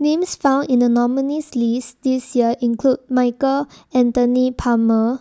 Names found in The nominees' list This Year include Michael Anthony Palmer